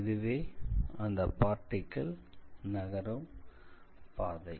இதுவே அந்த பார்ட்டிகிள் நகரும் பாதை